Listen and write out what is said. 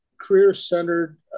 career-centered